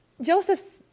Joseph